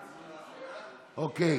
אוקיי.